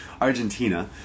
Argentina